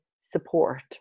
support